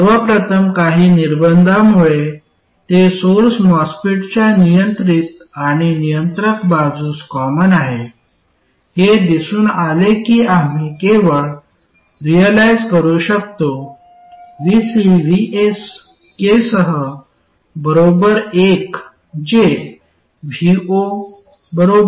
सर्वप्रथम काही निर्बंधांमुळे ते सोर्स मॉस्फेटच्या नियंत्रित आणि नियंत्रक बाजूस कॉमन आहे हे दिसून आले की आम्ही केवळ रिअलाईझ करू शकतो V C V S k सह बरोबर 1 जे Vo Vi आहे